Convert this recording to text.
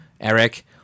Eric